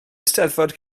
eisteddfod